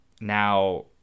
Now